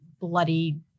bloody